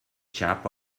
chap